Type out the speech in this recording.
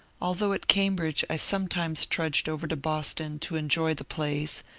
although at cambridge i sometimes trudged over to boston to enjoy the plays,